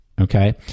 okay